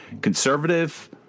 conservative